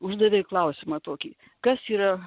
uždavė klausimą tokį kas yra